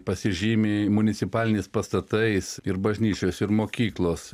pasižymi municipaliniais pastatais ir bažnyčios ir mokyklos